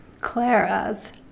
Clara's